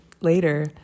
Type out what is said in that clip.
later